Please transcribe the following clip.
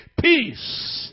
peace